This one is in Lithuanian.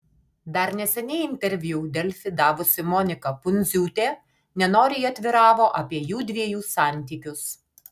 dar neseniai interviu delfi davusi monika pundziūtė nenoriai atviravo apie jųdviejų santykius